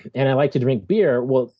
and i like to drink beer, well,